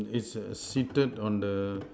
it's the seated on the